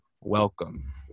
welcome